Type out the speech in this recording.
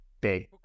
big